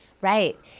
Right